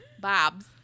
Bobs